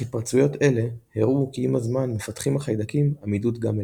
התפרצויות אלה הראו כי עם הזמן מפתחים החיידקים עמידות גם אליה.